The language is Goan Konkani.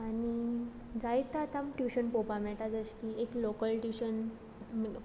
आनी जायत आतां आमकां ट्युशन पोवपाक मेळटा जशें की एक लॉकल ट्युशन